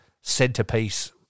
centerpiece